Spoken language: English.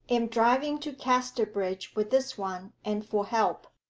am driving to casterbridge with this one, and for help.